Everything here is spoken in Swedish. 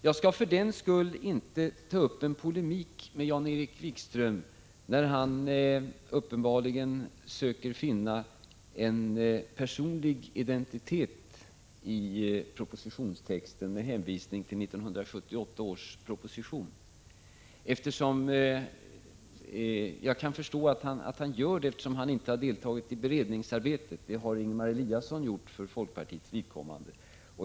Jag skall för den skull inte ta upp någon polemik med Jan-Erik Wikström, när han uppenbarligen söker finna en personlig identitet i propositionstexten med hänvisning till 1978 års proposition. Jag kan förstå att han gör det eftersom han inte har deltagit i beredningsarbetet— det har Ingemar Eliasson gjort för folkpartiets vidkommande.